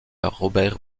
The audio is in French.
robert